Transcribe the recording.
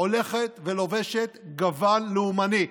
הולכת ולובשת גוון לאומני.